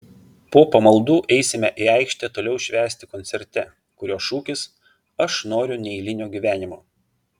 po pamaldų eisime į aikštę toliau švęsti koncerte kurio šūkis aš noriu neeilinio gyvenimo